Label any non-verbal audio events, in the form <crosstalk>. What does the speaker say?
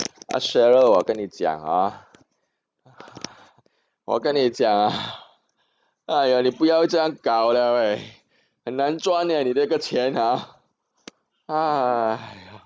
cheryl 我跟你讲 hor 我跟你讲 !aiyo! 你不要这样搞了喂很难赚 leh 你这个钱:ni de qian hor <noise>